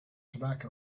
tobacco